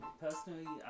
personally